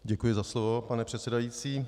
Děkuji za slovo, pane předsedající.